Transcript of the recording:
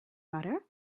butter